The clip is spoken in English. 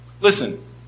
Listen